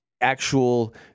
actual